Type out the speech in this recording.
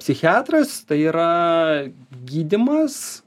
psichiatras tai yra gydymas